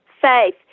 faith